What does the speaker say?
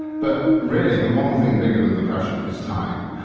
but really the one thing bigger than depression is time.